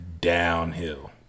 downhill